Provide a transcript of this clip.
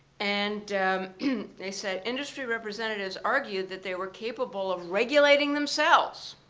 and they said, industry representatives argued that they were capable of regulating themselves.